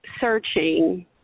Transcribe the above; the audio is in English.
searching